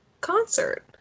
Concert